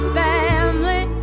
family